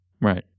right